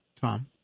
Tom